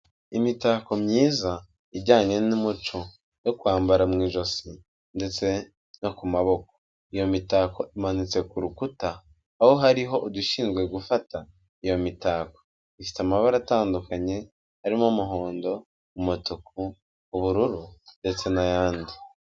Imitako myiza ijyanye n'umuco yo kwambara mu ijosi ndetse no ku maboko, iyo mitako imanitse ku rukuta, aho hariho udushinzwe gufata iyo mitako, ifite amabara atandukanye arimo umuhondo, umutuku, ubururu ndetse n'ayandi.